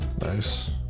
Nice